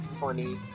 funny